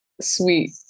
sweet